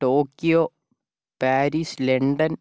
Tokyo Paris London